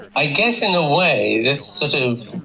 i guess in a way this sort of,